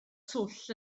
twll